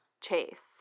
chase